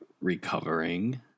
recovering